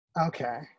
okay